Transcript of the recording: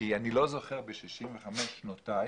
כי אני לא זוכר ב-65 שנותיי